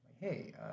Hey